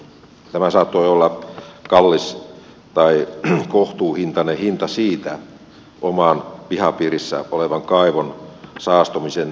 tämä saattoi olla kallis tai kohtuullinen hinta oman pihapiirissä olevan kaivon saastumisen välttämiseksi